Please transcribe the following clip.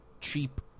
cheap